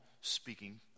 speaking